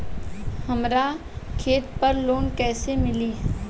हमरा खेत पर लोन कैसे मिली?